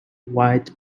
white